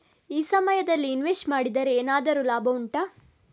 ಈ ಸಮಯದಲ್ಲಿ ಇನ್ವೆಸ್ಟ್ ಮಾಡಿದರೆ ಏನಾದರೂ ಲಾಭ ಉಂಟಾ